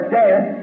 death